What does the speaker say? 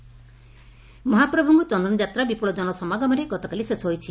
ଚନ୍ଦନଯାତା ମହାପ୍ରଭ୍ରଙ୍କ ଚନ୍ଦନ ଯାତ୍ରା ବିପୁଳ ଜନ ସମାଗମରେ ଗତକାଲି ଶେଷ ହୋଇଛି